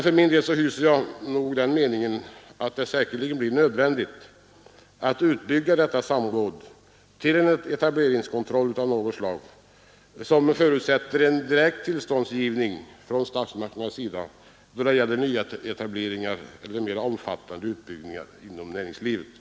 För min del hyser jag den meningen att det säkerligen blir nödvändigt att utbygga detta samråd till en etableringskontroll av något slag som förutsätter en direkt tillståndsgivning från statsmakternas sida då det gäller nyetableringar eller mera omfattande utbyggnader inom näringslivet.